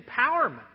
empowerment